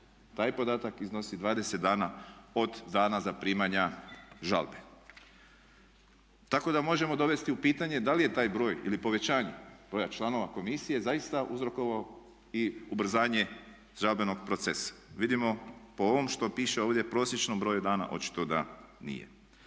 taj podatak iznosi 20 dana od dana zaprimanja žalbe. Tako da možemo dovesti u pitanje da li je taj broj ili povećanje broja članova komisije zaista uzrokovao i ubrzanje žalbenog procesa? Vidimo po ovom što piše ovdje, prosječnom broju dana, očito da nije.